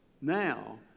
Now